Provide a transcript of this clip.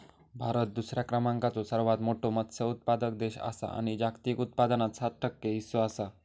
भारत दुसऱ्या क्रमांकाचो सर्वात मोठो मत्स्य उत्पादक देश आसा आणि जागतिक उत्पादनात सात टक्के हीस्सो आसा